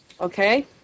Okay